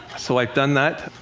so i've done that.